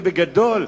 ובגדול.